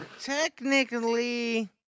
Technically